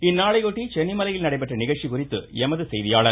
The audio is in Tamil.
இந்நாளையொட்டி சென்னிமலையில் நடைபெற்ற நிகழ்ச்சி குறித்து எமது செய்தியாளர்